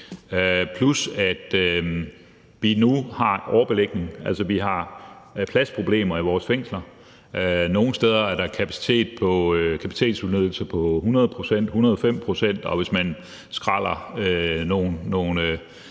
plus at vi nu har en overbelægning, altså pladsproblemer, i vores fængsler. Nogle steder er der en kapacitetsudnyttelse på 100 pct., 105 pct., og hvis man skræller nogle